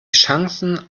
chancen